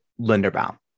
Linderbaum